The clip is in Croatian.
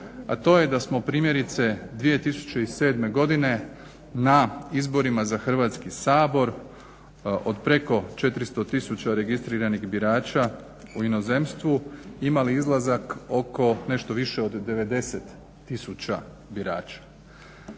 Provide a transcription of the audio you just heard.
a to je da smo primjerice 2007.godine na izborima za Hrvatski sabor od preko 400 tisuća registriranih birača u inozemstvu imali izlazak oko nešto više od 90 tisuća birača.